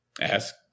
Ask